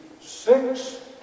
six